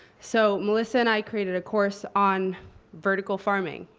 so melissa and i created a course on vertical farming.